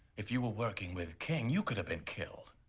if you were working with king, you could have been killed.